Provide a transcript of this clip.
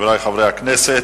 חברי חברי הכנסת.